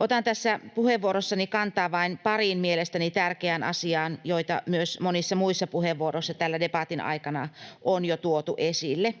Otan tässä puheenvuorossani kantaa vain pariin mielestäni tärkeään asiaan, joita myös monissa muissa puheenvuoroissa täällä debatin aikana on jo tuotu esille.